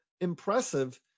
impressive